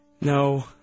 No